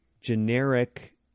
generic